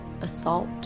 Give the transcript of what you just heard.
assault